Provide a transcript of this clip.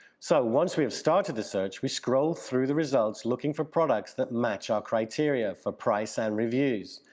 so once we've started to search, we scroll through the results looking for products that match our criteria for price and reviews,